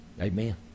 Amen